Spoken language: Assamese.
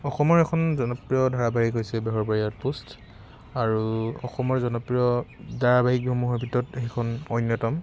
অসমৰ এখন জনপ্ৰিয় ধাৰাবাহিক হৈছে বেহৰবাৰী আউটপোষ্ট আৰু অসমৰ জনপ্ৰিয় ধাৰাবাহিকসমূহৰ ভিতৰত সেইখন অন্যতম